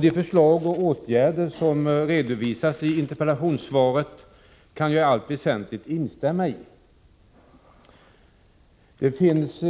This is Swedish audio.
De förslag och åtgärder som redovisats i interpellationssvaret är jag i allt väsentligt nöjd med. Det finns